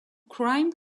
crime